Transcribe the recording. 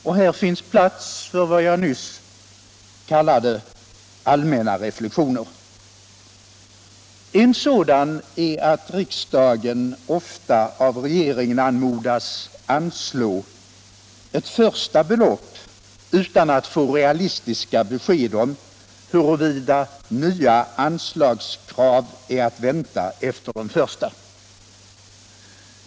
Och här finns plats för vad jag nyss kallade ”allmänna reflexioner”. En sådan är att riksdagen ofta av regeringen anmodas anslå ett första belopp utan att få realistiska besked om huruvida nya anslagskrav är att vänta efter de första.